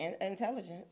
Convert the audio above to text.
Intelligence